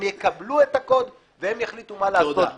הם יקבלו את הקוד והם יחליטו מה לעשות בו.